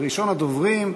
ראשון הדוברים,